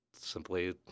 simply